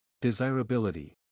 Desirability